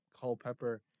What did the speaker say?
Culpepper